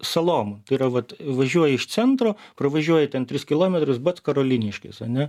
salom tai yra vat važiuoji iš centro pravažiuoji ten tris kilometrus bac karoliniškės ane